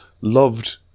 loved